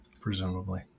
presumably